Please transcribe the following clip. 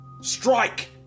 Strike